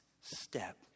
step